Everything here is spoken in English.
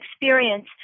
experience